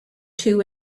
two